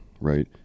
right